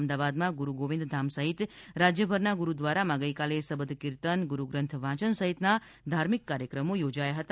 અમદાવાદમાં ગુરૂ ગોવિંદ ધામ સહિત રાજ્યભરના ગુરૂદ્વારામાં ગઇકાલે સબદ કિર્તન ગુરૂગ્રંથ વાંચન સહિતના ધાર્મિક કાર્યક્રમો યોજાયા હતા